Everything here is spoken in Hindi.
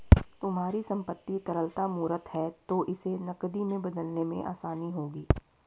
तुम्हारी संपत्ति तरलता मूर्त है तो इसे नकदी में बदलने में आसानी होगी